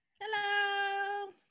Hello